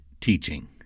teaching